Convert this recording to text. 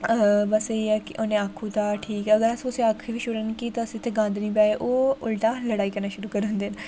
बस इ'यै कि उ'नें आखू दा के ठीक ऐ अगर अस कुसै ई आखी बी छुड़न की तुस इ'त्थें गन्द निं पायो ओह् उल्टा लड़ाई करना शुरू करी उड़दे न